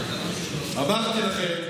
אמרתי לכם